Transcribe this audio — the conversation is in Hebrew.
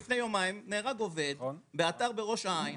לפני יומיים נהרג עובד באתר בראש העין,